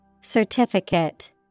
Certificate